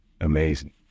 Amazing